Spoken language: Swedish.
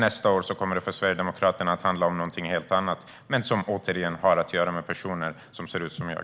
Nästa år kommer det att handla om någonting helt annat för Sverigedemokraterna men något som återigen har att göra med personer som ser ut som jag.